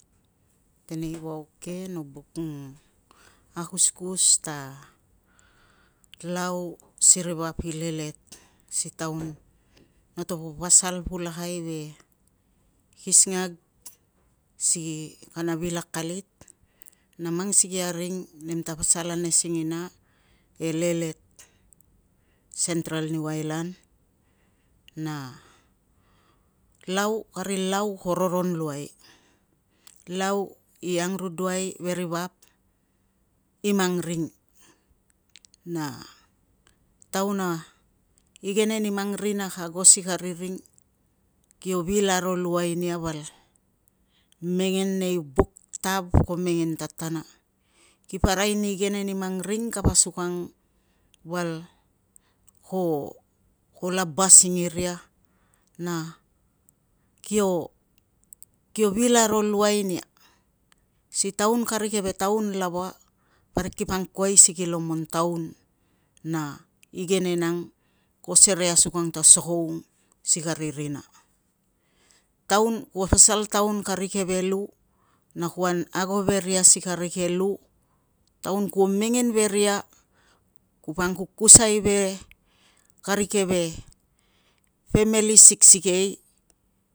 Tenei vauk ke no buk akuskus ta lau si ri vap i lelet. Si taun natapo pasal pulakai ve kisingag si kana vil akalit, na mang sikei a ring nemta pasal ane singina e lelet, sentral niu ailan na kari lau ko roron luai. Lau i angruduai veri vap i mang ring, na taun a igenen i mang rina ka ago si kari ring, kio vil aro luai nia val mengen nei buk tav ko mengen tatana. ki pa rai ni igenen i mang ring, kipa asukang val ko laba singiria, na kio vil aro luai nia. Si taun, kari keve taun lava parik kipa angkuai si lomon taun na igenen ang ko serei asukang ta soloung si kari rina. Taun kuo pasal taun kari keve lu, na kuan ago ve ria si kari keve lu taun kuo mengen ve ria, kupo angkukusai ve kari keve femeli siksikei,